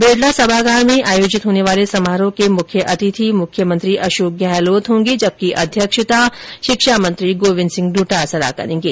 बिड़ला सभागार में आयोजित होने वाले समारोह के मुख्य अतिथि मुख्यमंत्री अशोक गहलोत होंगे जबकि अध्यक्षता शिक्षा मंत्री गोविन्द सिंह डोटासरा करेंगे